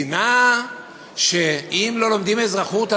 מדינה שאם לא לומדים אזרחות,